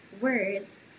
words